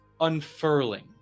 unfurling